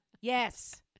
Yes